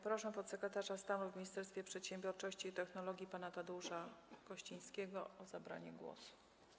Proszę podsekretarza stanu w Ministerstwie Przedsiębiorczości i Technologii pana Tadeusza Kościńskiego o zabranie głosu.